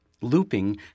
Looping